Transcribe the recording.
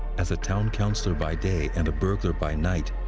as a town councilor by day and a burglar by night,